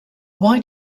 why